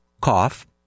cough